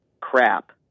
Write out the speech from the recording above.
crap